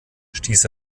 stieß